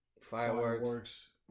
fireworks